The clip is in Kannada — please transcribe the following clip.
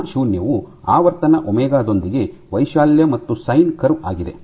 ಗಾಮಾ ಶೂನ್ಯವು ಆವರ್ತನ ಒಮೆಗಾ ದೊಂದಿಗೆ ವೈಶಾಲ್ಯ ಮತ್ತು ಸೈನ್ ಕರ್ವ್ ಆಗಿದೆ